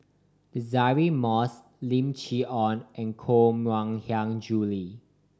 Deirdre Moss Lim Chee Onn and Koh Mui Hiang Julie